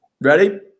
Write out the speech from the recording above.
Ready